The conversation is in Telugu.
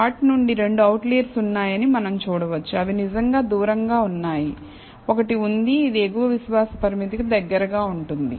ప్లాట్ నుండి రెండు అవుట్లెర్స్ ఉన్నాయని మనం చూడవచ్చు అవి నిజంగా దూరంగా ఉన్నాయి ఒకటి ఉంది ఇది ఎగువ విశ్వాస పరిమితికి దగ్గరగా ఉంటుంది